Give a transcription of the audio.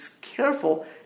careful